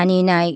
मानिनाय